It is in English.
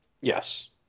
Yes